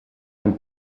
him